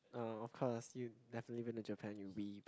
uh of course you definitely been to Japan you weep